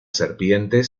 serpientes